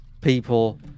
people